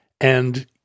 and-